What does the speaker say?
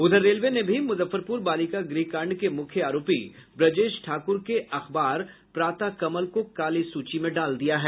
उधर रेलवे ने भी मुजफ्फरपुर बालिका गृह कांड के मुख्य आरोपी ब्रजेश ठाकुर के अखबार प्रातः कमल को काली सूचि में डाल दिया है